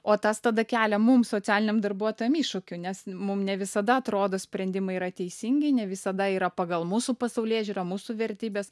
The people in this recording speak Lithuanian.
o tas tada kelia mum socialiniam darbuotojam iššūkių nes mum ne visada atrodo sprendimai yra teisingi ne visada yra pagal mūsų pasaulėžiūrą mūsų vertybes